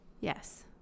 Yes